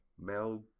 Mel